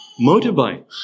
motorbike